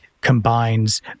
combines